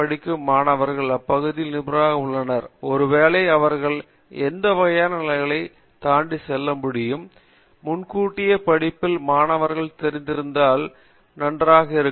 பட்டம் அவர்கள் இப்பகுதியில் நிபுணராக உள்ளனர் ஒருவேளை அவர்கள் எந்த வகையான நிலைகளைத் தாண்டி செல்ல முடியும் என்பதையும் முன்கூட்டியே பட்டப்படிப்பில் மாணவர்கள் தெரிந்தால் நன்றாக இருக்கும்